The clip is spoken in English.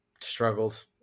struggled